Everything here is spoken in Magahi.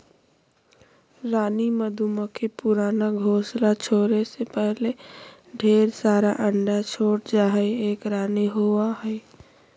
रानी मधुमक्खी पुराना घोंसला छोरै से पहले ढेर सारा अंडा छोड़ जा हई, एक रानी होवअ हई